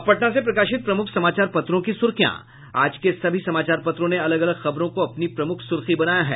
अब पटना से प्रकाशित प्रमुख समाचार पत्रों की सुर्खियां आज के सभी समाचार पत्रों ने अलग अलग खबरों को अपनी प्रमुख सुर्खी बनाया है